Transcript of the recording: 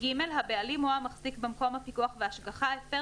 (ג)הבעלים או המחזיק במקום הפיקוח וההשגחה הפר